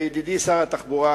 ידידי שר התחבורה,